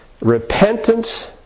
Repentance